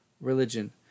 religion